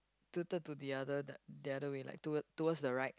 tilted to the other the the other way like toward towards the right